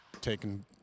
taken